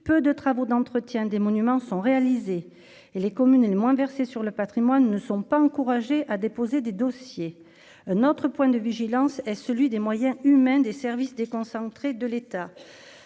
peu de travaux d'entretien des monuments sont réalisés et les communes et le moins versé sur le Patrimoine ne sont pas encouragés à déposer des dossiers notre point de vigilance et celui des moyens humains, des services déconcentrés de l'État